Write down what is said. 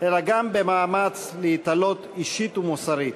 אלא גם במאמץ להתעלות אישית ומוסרית.